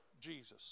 Jesus